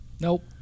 Nope